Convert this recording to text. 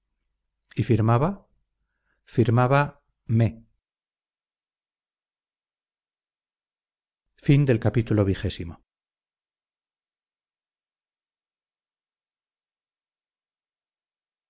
y firmaba firmaba